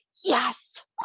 yes